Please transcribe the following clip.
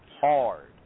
hard